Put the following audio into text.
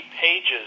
pages